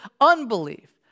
unbelief